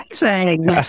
Amazing